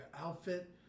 outfit